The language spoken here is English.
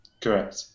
Correct